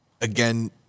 again